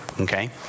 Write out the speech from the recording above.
Okay